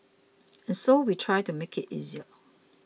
and so we try to make it easier